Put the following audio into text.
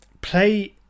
play